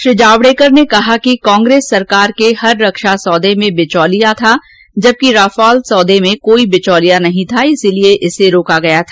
श्री जावडेकर ने कहा कि कांग्रेस सरकार के हर रक्षा सौदे में बिचौलिया थे जबकि राफेल सौदे में कोई बिचौलिया नहीं था इसलिए इसे रोका गया था